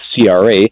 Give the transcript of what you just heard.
cra